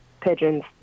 pigeons